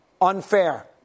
Unfair